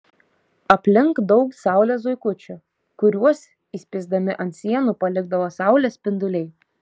aplink daug saulės zuikučių kuriuos įspįsdami ant sienų palikdavo saulės spinduliai